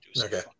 Okay